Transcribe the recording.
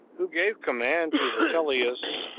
who gave command to vitellius,